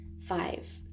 Five